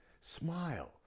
Smile